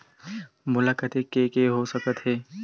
मोला कतेक के के हो सकत हे?